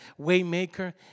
waymaker